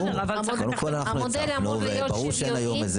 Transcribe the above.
קודם כול הצפנו, ברור שאין היום.